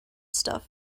stuff